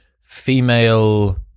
female